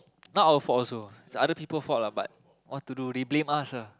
not our fault also it's other people fault lah but what to do they blame us ah